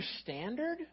standard